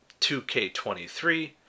2K23